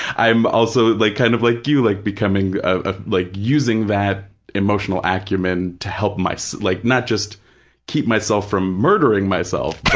i'm also like kind of like you, like becoming, ah like using that emotional acumen to help like, not just keep myself from murdering myself,